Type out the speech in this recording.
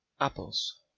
Apples